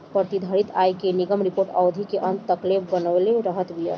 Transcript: प्रतिधारित आय के निगम रिपोर्ट अवधि के अंत तकले बनवले रहत बिया